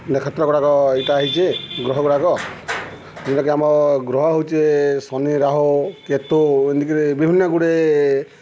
ନକ୍ଷେତ୍ରଗୁଡ଼ାକ ଇଟା ହେଇଚେ ଗ୍ରହଗୁଡ଼ାକ ଯେନ୍ଟାକି ଆମ ଗ୍ରହ ହଉଚେ ଶନି ରାହୁ କେତୁ ଏନ୍ତିକରି ବିଭିନ୍ନଗୁଡ଼େ